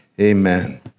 Amen